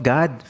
God